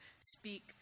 speak